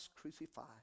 crucified